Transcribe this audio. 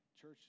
church